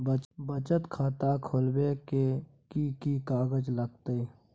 बचत खाता खुलैबै ले कि की कागज लागतै?